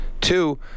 Two